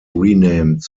renamed